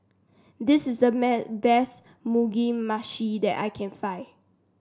this is the best Mugi Meshi that I can find